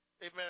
Amen